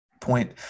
point